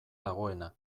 dagoena